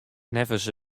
neffens